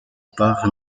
par